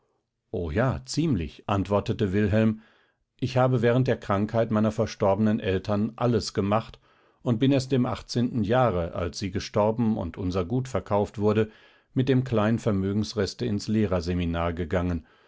o ja ziemlich antwortete wilhelm ich habe während der krankheit meiner verstorbenen eltern alles gemacht und bin erst im achtzehnten jahre als sie gestorben und unser gut verkauft wurde mit dem kleinen vermögensreste ins lehrerseminar gegangen